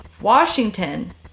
Washington